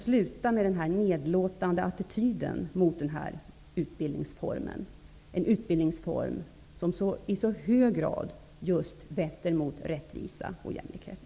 Sluta med att visa en nedlåtande attityd mot denna utbildningsform -- en utbildningsform som i så hög grad just vetter mot rättvisa och jämlikhet.